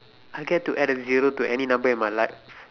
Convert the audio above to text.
I get to add a zero to any number in my life